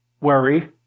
worry